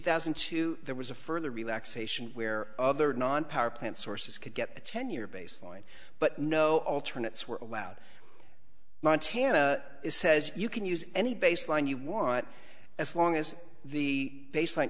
thousand and two there was a further relaxation where other non power plant sources could get a ten year baseline but no alternate swer allowed montana is says you can use any baseline you want as long as the baseli